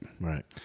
Right